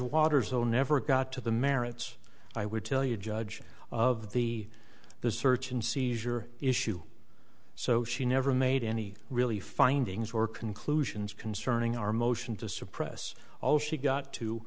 waters oh never got to the merits i would tell you judge of the the search and seizure issue so she never made any really findings or conclusions concerning our motion to suppress all she got t